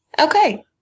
Okay